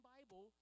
Bible